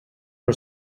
her